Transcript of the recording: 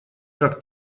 как